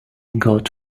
got